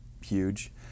huge